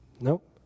Nope